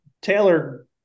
Taylor